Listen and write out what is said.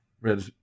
read